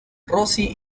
rossi